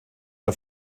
der